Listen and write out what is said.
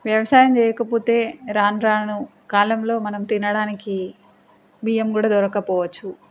వ్యవసాయం చేయకపోతే రాను రాను కాలంలో మనం తినడానికి బియ్యం కూడా దొరక్కపోవచ్చు